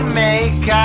make